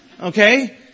Okay